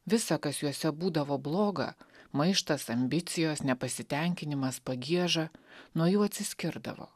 visa kas juose būdavo bloga maištas ambicijos nepasitenkinimas pagieža nuo jų atsiskirdavo